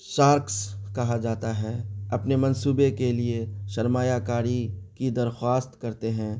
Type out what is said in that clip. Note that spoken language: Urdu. شارکس کہا جاتا ہے اپنے منصوبے کے لیے سرمایہ کاری کی درخواست کرتے ہیں